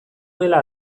gela